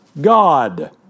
god